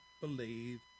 believe